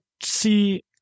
see